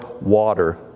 water